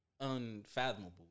unfathomable